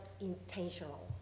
intentional